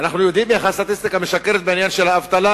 ואנחנו יודעים איך הסטטיסטיקה משקרת בעניין האבטלה